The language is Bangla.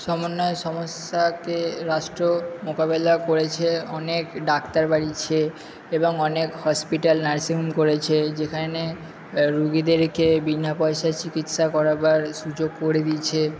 সমন্বয় সমস্যাকে রাষ্ট্র মোকাবেলা করেছে অনেক ডাক্তার বাড়িয়েছে এবং অনেক হসপিটাল নার্সিং হোম করেছে যেখানে রুগিদেরকে বিনা পয়সায় চিকিৎসা করাবার সুযোগ করে দিয়েছে